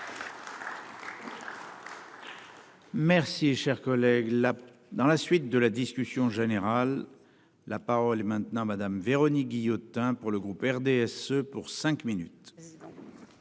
Merci cher collègue là dans la suite de la discussion générale. La parole est maintenant Madame Véronique Guillotin pour le groupe RDSE pour cinq minutes.